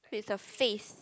it's a phase